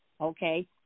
Okay